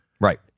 Right